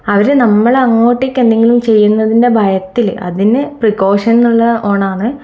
അവരെ നമ്മൾ അങ്ങോട്ടേക്ക് എന്തെങ്കിലും ചെയ്യുന്നതിൻ്റെ ഭയത്തിൽ അതിന് പ്രീകോഷൻ എന്നുള്ള ഒന്നാണ്